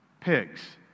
pigs